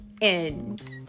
end